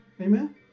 Amen